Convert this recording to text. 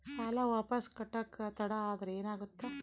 ಸಾಲ ವಾಪಸ್ ಕಟ್ಟಕ ತಡ ಆದ್ರ ಏನಾಗುತ್ತ?